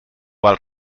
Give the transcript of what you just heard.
val